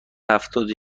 هفتاد